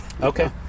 okay